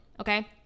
okay